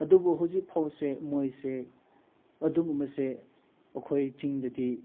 ꯑꯗꯨꯕꯨ ꯍꯧꯖꯤꯛꯐꯥꯎꯁꯦ ꯃꯣꯏꯁꯦ ꯑꯗꯨꯒꯨꯝꯕꯁꯦ ꯑꯩꯈꯣꯏ ꯆꯤꯡꯗꯗꯤ